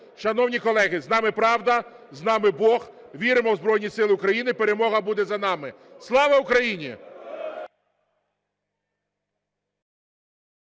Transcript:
Шановні колеги, з нами правда, з нами Бог! Віримо в Збройні Сили України! Перемога буде за нами! Слава Україні!